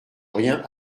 rien